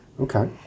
Okay